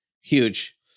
Huge